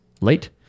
late